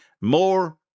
more